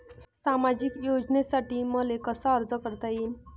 सामाजिक योजनेसाठी मले कसा अर्ज करता येईन?